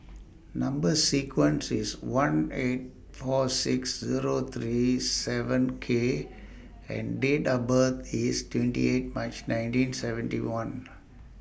Number sequence IS one eight four six Zero three seven K and Date of birth IS twenty eight March nineteen seventy one